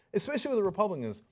especially with the republicans.